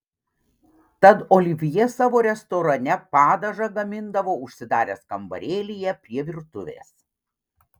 tad olivjė savo restorane padažą gamindavo užsidaręs kambarėlyje prie virtuvės